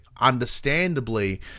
understandably